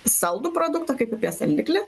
saldų produktą kaip apie saldiklį